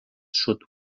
sud